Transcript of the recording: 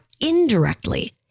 indirectly